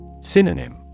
Synonym